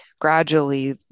gradually